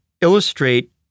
illustrate